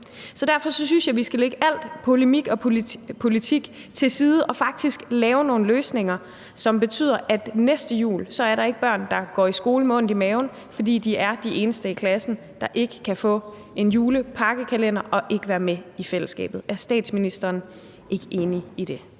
Så derfor synes jeg, vi skal lægge al polemik til side og faktisk lave nogle løsninger, som betyder, at næste jul er der ikke børn, der går i skole med ondt i maven, fordi de er de eneste i klassen, der ikke kan få en pakkekalender og ikke kan være med i fællesskabet. Er statsministeren ikke enig i det?